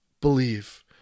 believe